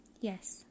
Yes